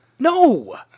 No